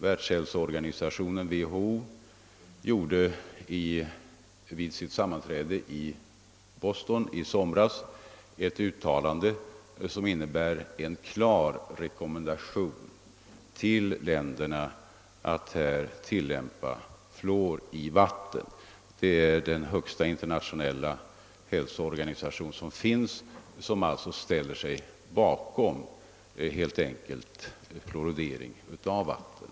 Världshälsoorganisationen — WHO — gjorde vid sitt sammanträde i Boston i somras ett uttalande som innebär en klar rekommendation till de olika länderna att tillsätta fluor till vattnet. WHO är vår högsta internationella hälsoorganisation, och den ställer sig alltså bakom fluoridering av vatten.